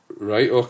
Right